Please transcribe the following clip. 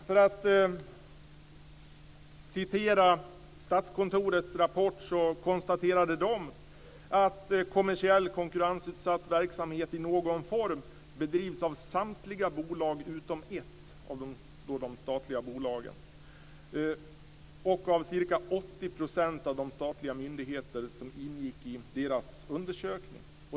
För att återge något ur Statskontorets rapport kan jag säga att man där konstaterar att kommersiell, konkurrensutsatt verksamhet i någon form bedrivs av samtliga bolag utom ett - det gäller då de statliga bolagen - och av ca 80 % av de statliga myndigheter som ingick i kontorets undersökning.